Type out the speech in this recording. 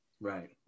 right